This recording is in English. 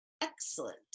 Excellent